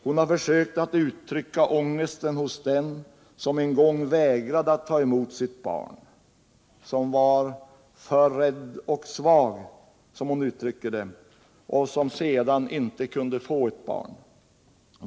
Hon har försökt att uttrycka ångesten hos den som en gång vägrade att ta emot sitt barn — som var ”för rädd och svag” som hon uttrycker det och som sedan inte kunde få ett barn.